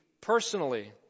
personally